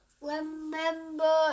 Remember